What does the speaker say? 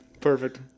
Perfect